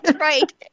right